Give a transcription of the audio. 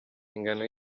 ingano